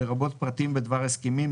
לרבות פרטים בדבר הסכמים,